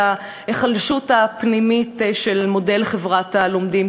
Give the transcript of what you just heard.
ההיחלשות הפנימית של מודל חברת הלומדים.